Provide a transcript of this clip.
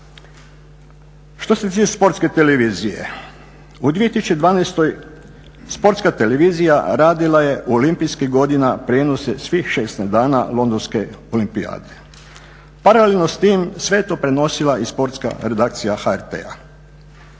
Što se tiče Sportske televizije, u 2012. Sportska televizija radila je olimpijskih godina prijenose svih 16 dana Londonske olimpijade. Paralelno s tim sve je to prenosila i Sportska redakcija HRT-a.